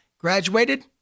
graduated